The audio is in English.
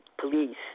police